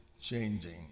changing